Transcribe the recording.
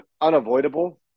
unavoidable